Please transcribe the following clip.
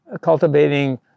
cultivating